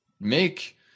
make